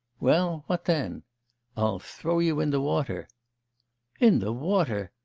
well? what then' i'll throw you in the water in the water?